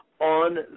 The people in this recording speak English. on